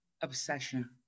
obsession